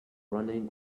running